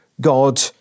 God